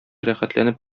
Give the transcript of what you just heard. рәхәтләнеп